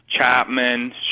Chapman